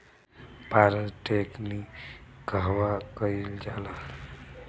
पारद टिक्णी कहवा कयील जाला?